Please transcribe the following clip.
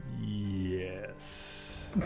Yes